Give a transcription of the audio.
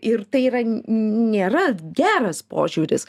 ir tai yra nėra geras požiūris